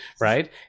Right